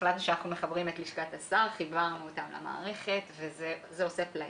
החלטנו שאנחנו מחברים את לשכת השר וחיברנו אותה למערכת וזה עושה פלאים.